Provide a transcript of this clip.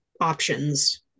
options